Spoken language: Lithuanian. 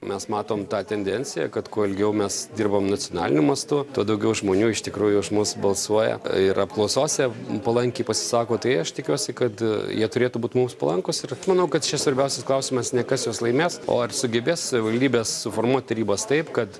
mes matom tą tendenciją kad kuo ilgiau mes dirbam nacionaliniu mastu tuo daugiau žmonių iš tikrųjų už mus balsuoja ir apklausose palankiai pasisako tai aš tikiuosi kad jie turėtų būt mums palankūs ir manau kad čia svarbiausias klausimas ne kas juos laimės o ar sugebės savivaldybės suformuot tarybas taip kad